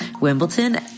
Wimbledon